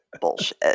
Bullshit